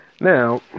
Now